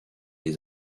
les